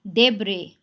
देब्रे